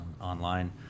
online